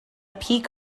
peak